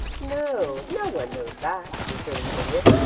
no no one knows that, returned the idiot.